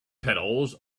pedals